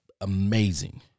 amazing